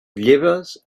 lleves